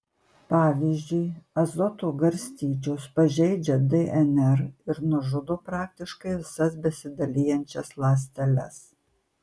pavyzdžiui azoto garstyčios pažeidžia dnr ir nužudo praktiškai visas besidalijančias ląsteles